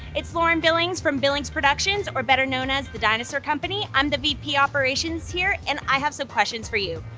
it's lauren billings from billing's productions or better known as the dinosaur company. i'm the v p. operations here and i have some questions for you.